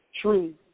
True